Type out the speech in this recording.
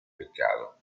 peccato